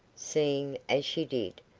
seeing, as she did,